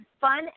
fun